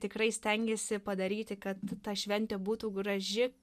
tikrai stengiasi padaryti kad ta šventė būtų graži